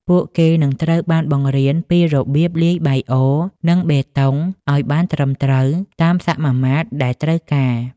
ពួកគេនឹងត្រូវបានបង្រៀនពីរបៀបលាយបាយអរ និងបេតុងឱ្យបានត្រឹមត្រូវតាមសមាមាត្រដែលត្រូវការ។